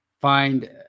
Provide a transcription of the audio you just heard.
find